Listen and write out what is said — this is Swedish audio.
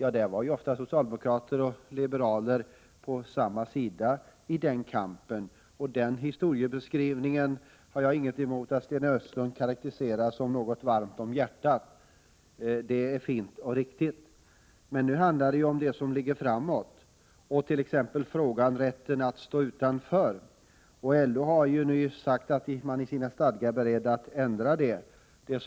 I den kampen var ofta socialdemokrater och liberaler på samma sida. Den historiebeskrivningen har jag ingenting mot att Sten Östlund karakteriserar som något som gör en varm om hjärtat. Det är fint och riktigt. Men nu handlar det om det som ligger framför oss, t.ex. rätten att stå utanför. LO har nyss sagt att man är beredd att ändra sina stadgar på denna punkt.